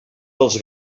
dels